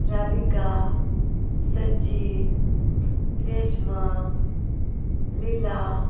Radhika Sachin Reshma Lila